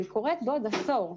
היא קורית בעוד עשור.